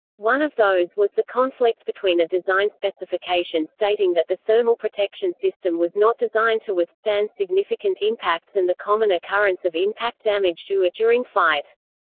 one of those was the conflict between a design specification stating that the thermal protection system was not designed to withstand significant impacts and the common occurrence of impact damage to it during flight.